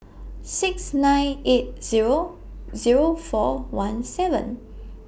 six nine eight Zero Zero four one seven